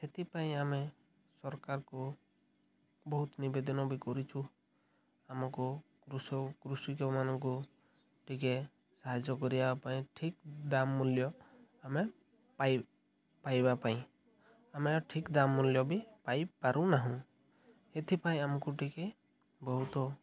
ସେଥିପାଇଁ ଆମେ ସରକାରଙ୍କୁ ବହୁତ ନିବେଦନ ବି କରିଛୁ ଆମକୁ କୃଷକ କୃଷକମାନଙ୍କୁ ଟିକେ ସାହାଯ୍ୟ କରିବା ପାଇଁ ଠିକ୍ ଦାମ ମୂଲ୍ୟ ଆମେ ପାଇବା ପାଇଁ ଆମେ ଠିକ୍ ଦାମ ମୂଲ୍ୟ ବି ପାଇପାରୁନାହୁଁ ଏଥିପାଇଁ ଆମକୁ ଟିକେ ବହୁତ